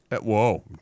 Whoa